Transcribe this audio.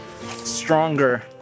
stronger